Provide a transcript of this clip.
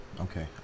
Okay